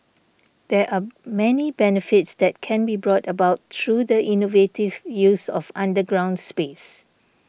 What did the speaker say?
there are many benefits that can be brought about through the innovative use of underground space